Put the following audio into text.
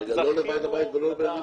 הם מגישים חשבון לוועד הבית --- לא,